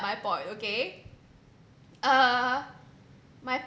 my point okay uh my